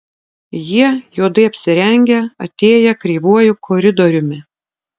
jie juodai apsirengę atėję kreivuoju koridoriumi